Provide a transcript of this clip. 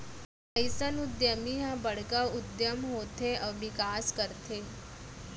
अइसन उद्यमी ह बड़का उद्यम होथे अउ बिकास करथे